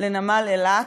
לנמל אילת,